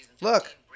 Look